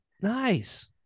nice